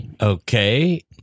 Okay